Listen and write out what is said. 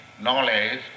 knowledge